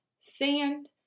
sand